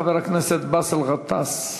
חבר הכנסת באסל גטאס.